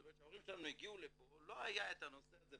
כשההורים שלהם הגיעו לפה לא היה את הנושא הזה.